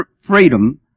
freedom